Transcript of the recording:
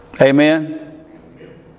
Amen